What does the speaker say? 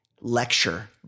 lecture